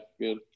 Good